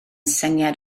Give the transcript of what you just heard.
syniad